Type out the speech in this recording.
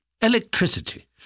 Electricity